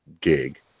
gig